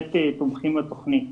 בהחלט תומכים בתוכנית.